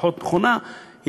פחות נכונה,